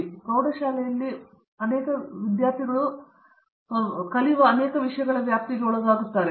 ಮತ್ತೆ ಪ್ರೌಢಶಾಲೆಯಲ್ಲಿ ಬರುವ ವಿಷಯವೆಂದರೆ ವಿದ್ಯಾರ್ಥಿಗಳು ಭೌತಶಾಸ್ತ್ರದಂತೆ ವಿವರಿಸುವ ವಿಷಯಗಳ ವ್ಯಾಪ್ತಿಗೆ ಒಳಗಾಗುತ್ತಾರೆ